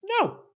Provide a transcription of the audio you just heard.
no